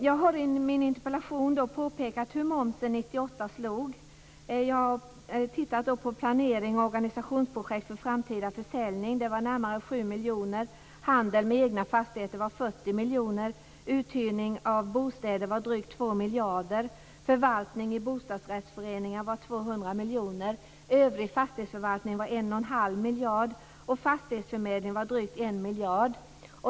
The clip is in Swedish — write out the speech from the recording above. Jag har i min interpellation påpekat hur momsen slog 1998. Jag har tittat på planering och organisationsprojekt för framtida försäljning. Det var närmare 7 miljoner, handel med egna fastigheter var 40 miljoner, uthyrning av bostäder var drygt 2 miljarder, förvaltning i bostadsrättsföreningar var 200 miljoner, övrig fastighetsförvaltning var 1,5 miljarder och fastighetsförmedling drygt 1 miljard.